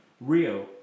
Rio